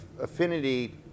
affinity